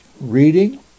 reading